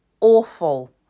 awful